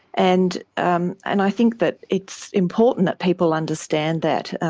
and um and i think that it's important that people understand that,